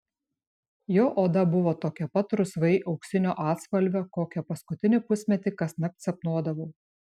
jo oda buvo tokio pat rusvai auksinio atspalvio kokią paskutinį pusmetį kasnakt sapnuodavau